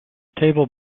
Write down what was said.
table